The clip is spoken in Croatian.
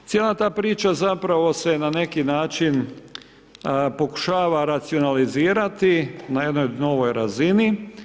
Cijela ta priča zapravo se na neki način pokušava racionalizirati na jednoj novoj razini.